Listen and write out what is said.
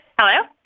Hello